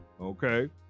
Okay